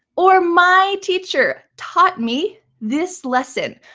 or, my teacher taught me this lesson.